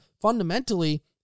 fundamentally